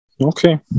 Okay